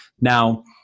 Now